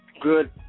good